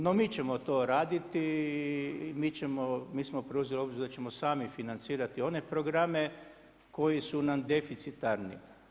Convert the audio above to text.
No, mi ćemo to raditi i mi ćemo, mi smo preuzeli obvezu da ćemo sami financirati one programe koji su nam deficitarni.